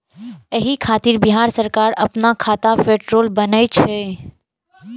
एहि खातिर बिहार सरकार अपना खाता पोर्टल बनेने छै